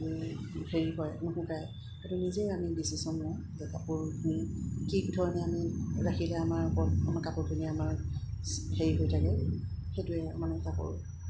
এই হেৰি হয় নুশুকায় সেইটো নিজেই আমি ডিচিশ্যন লওঁ যে কাপোৰখিনি কি ধৰণে আমি ৰাখিলে আমাৰ ওপৰত আমাৰ কাপোৰখিনি আমাৰ হেৰি হৈ থাকে সেইটোৱে মানে কাপোৰ